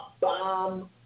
bomb